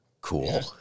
Cool